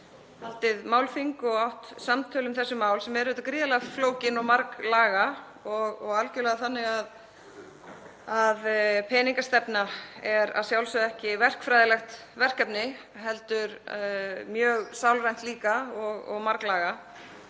haldið málþing og átt samtöl um þessi mál sem eru auðvitað gríðarlega flókin og marglaga. Það er algerlega þannig að peningastefna er ekki verkfræðilegt verkefni heldur mjög sálrænt líka og marglaga.